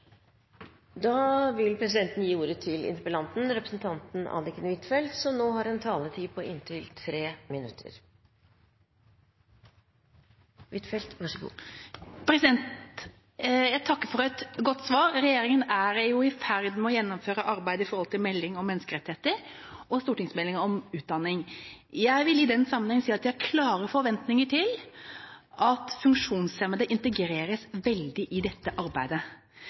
Jeg takker for et godt svar. Regjeringa er jo i ferd med å gjennomføre arbeidet med en melding om menneskerettigheter og stortingsmeldinga om utdanning. Jeg vil i den sammenheng si at jeg har klare forventninger til at funksjonshemmede integreres veldig godt i dette arbeidet.